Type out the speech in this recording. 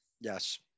yes